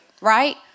Right